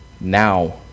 now